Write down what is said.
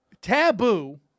taboo